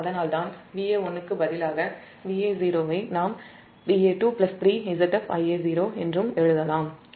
அதனால்தான் Va1 க்கு பதிலாக Va0 ஐ நாம் Va23ZfIa0 என்றும் எழுதலாம்